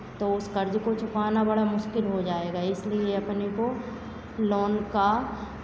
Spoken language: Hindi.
तो उस कर्ज़ को चुकाना बड़ा मुश्किल हो जाएगा इसलिए अपने को लोन का